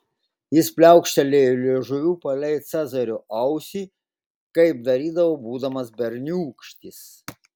jis pliaukštelėjo liežuviu palei cezario ausį kaip darydavo būdamas berniūkštis